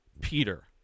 Peter